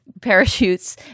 parachutes